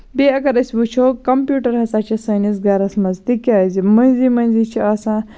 بیٚیہِ اَگر أسۍ وُچھو کَمپوٗٹر ہسا چھِ سٲنِس گرَس منٛز تِکیازِ مٔنٛزِی مٔنٛزِی چھِ آسان